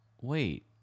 Wait